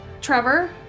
Trevor